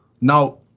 Now